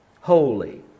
Holy